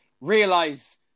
realize